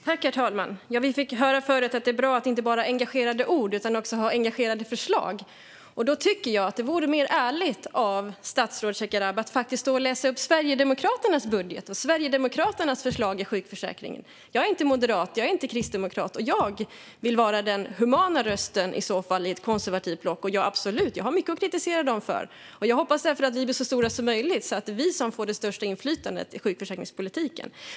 Herr talman! Vi fick höra tidigare att det är bra att inte bara ha engagerade ord utan att också ha engagerade förslag. Då tycker jag att det vore mer ärligt av statsrådet Shekarabi att stå och läsa upp Sverigedemokraternas budget och Sverigedemokraternas förslag om sjukförsäkringen. Jag är inte moderat, och jag är inte kristdemokrat. Jag vill vara den humana rösten i ett konservativt block. Jag har absolut mycket att kritisera de andra partierna för, och jag hoppas därför att vi blir så stora som möjligt så att det är vi som får det största inflytandet i sjukförsäkringspolitiken.